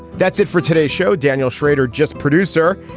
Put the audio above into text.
that's it for today's show. daniel shrader, just producer,